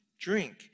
drink